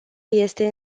este